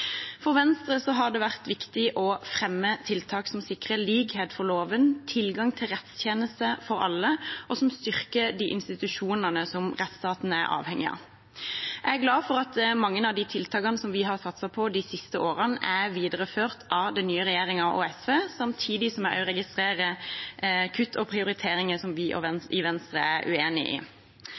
for å nevne noe. For Venstre har det vært viktig å fremme tiltak som sikrer likhet for loven og tilgang til rettstjenester for alle, og som styrker de institusjonene rettsstaten er avhengig av. Jeg er glad for at mange av tiltakene vi har satset på de siste årene, er videreført av den nye regjeringen og SV, samtidig som jeg registrerer kutt og prioriteringer som vi i Venstre er uenig i.